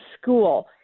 school